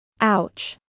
Ouch